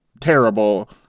terrible